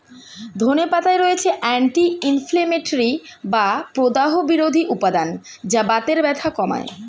ধনে পাতায় রয়েছে অ্যান্টি ইনফ্লেমেটরি বা প্রদাহ বিরোধী উপাদান যা বাতের ব্যথা কমায়